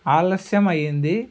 ఆలస్యం అయింది